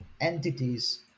entities